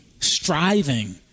striving